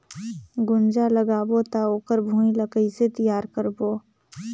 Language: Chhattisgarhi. गुनजा लगाबो ता ओकर भुईं ला कइसे तियार करबो?